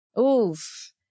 Oof